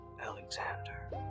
Alexander